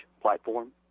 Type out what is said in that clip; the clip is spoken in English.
platform